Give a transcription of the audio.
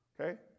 Okay